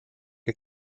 che